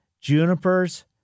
junipers